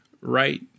right